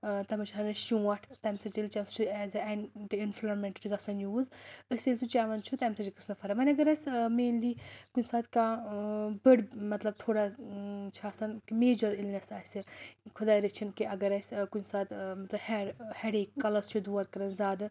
ٲں تَتھ منٛز چھُ آسان اسہِ شونٛٹھ تَمہِ سۭتۍ چیٚوان سُہ چھُ ایز اےٚ ایٚنٹہِ اِنفٕلمیٹری گژھان یوٗز أسۍ ییٚلہِ سُہ چیٚوان چھِ تَمہِ سۭتۍ چھِ گژھان فرق وۄنۍ اَگر أسۍ ٲں مینلی کُنہِ ساتہٕ کانٛہہ ٲں بٔڑ مطلب تھوڑا چھِ آسان کہِ میجر اِلنیٚس اسہِ خۄداے رٔچھِنۍ کہِ اَگر اسہِ کُنہِ ساتہٕ ٲں مطلب ہیٚڈ ہیٚڈ ایک کَلس چھُ دوٗد کَران زیادٕ